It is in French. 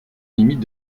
limite